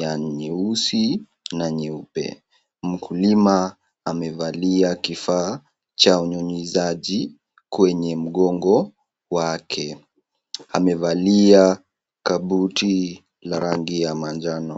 ya nyeusi na nyeupe. Mkulima amevalia chombo cha unyunyizaji kwenye mgongo wake. Amevalia kabuti la rangi ya manjano.